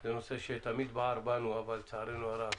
זה נושא שתמיד בער בנו אבל לצערנו הרב